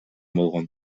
болгон